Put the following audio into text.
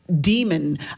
demon